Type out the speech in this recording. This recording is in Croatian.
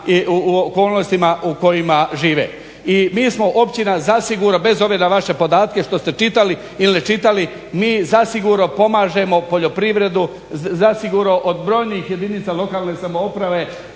i okolnostima u kojima žive. I mi smo općina zasigurno bez obzira na vaše podatke što ste čitali ili ne čitali, mi zasigurno pomažemo poljoprivredu, zasigurno od brojnijih jedinica lokalne samouprave